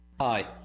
Hi